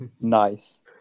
Nice